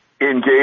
engage